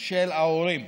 של ההורים.